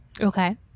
Okay